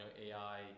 ai